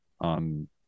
on